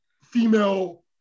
female